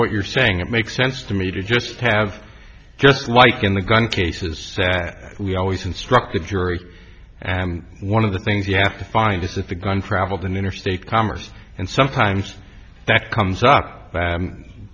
what you're saying it makes sense to me to just have just like in the gun cases that we always instruct the jury and one of the things you have to find is that the gun traveled in interstate commerce and sometimes that comes up